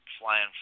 flying